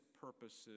purposes